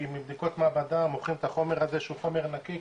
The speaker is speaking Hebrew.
מבדיקות מעבדה מוכרים את החומר הזה שהוא חומר נקי,